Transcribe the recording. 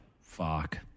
fuck